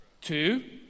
Two